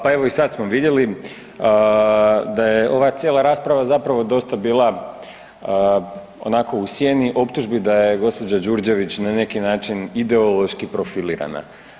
Pa evo i sad smo vidjeli da je ova cijela rasprava zapravo dosta bila onako u sjeni optužbi da je gospođa Đurđević na neki način ideološki profilirana.